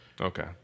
Okay